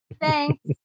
thanks